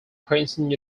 princeton